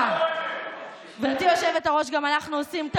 גם אנחנו, חבר הכנסת שטרן, עושים טעויות.